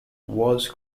was